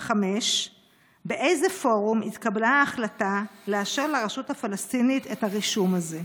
5. באיזה פורום התקבלה ההחלטה לאשר לרשות הפלסטינית את הרישום הזה?